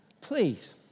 please